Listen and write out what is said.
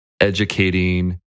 educating